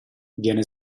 viene